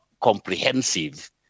comprehensive